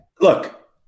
Look